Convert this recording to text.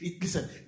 listen